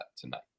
tonight